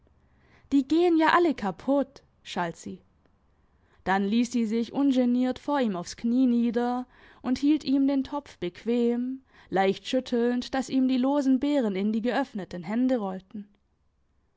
die gehn ja alle kaputt schalt sie dann liess sie sich ungeniert vor ihm aufs knie nieder und hielt ihm den topf bequem leicht schüttelnd dass ihm die losen beeren in die geöffneten hände rollten